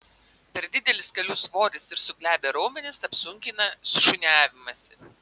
per didelis kalių svoris ir suglebę raumenys apsunkina šuniavimąsi